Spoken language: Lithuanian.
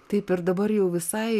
taip ir dabar jau visai